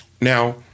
Now